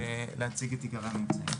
להציג את עיקרי הממצאים.